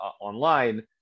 online